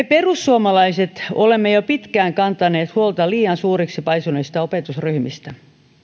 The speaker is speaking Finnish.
perussuomalaiset olemme jo pitkään kantaneet huolta liian suuriksi paisuneista opetusryhmistä